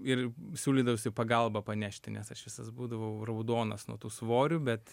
ir siūlydavosi pagalbą panešti nes aš visas būdavau raudonas nuo tų svorių bet